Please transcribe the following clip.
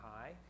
high